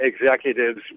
executives